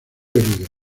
herido